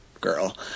girl